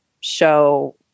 show